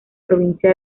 provincia